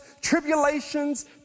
tribulations